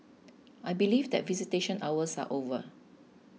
I believe that visitation hours are over